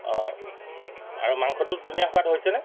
অঁ আৰু মাংসটোত ধুনীয়া সোৱাদ হৈছেনে